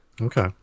okay